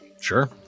Sure